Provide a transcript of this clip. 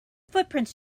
footprints